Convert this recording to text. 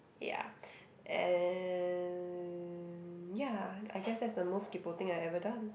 ya and ya I guess that's the most kaypoh thing I ever done